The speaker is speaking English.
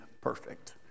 perfect